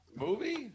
movie